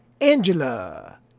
Angela